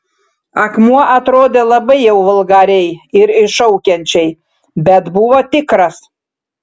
akmuo atrodė labai jau vulgariai ir iššaukiančiai bet buvo tikras